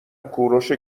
کوروش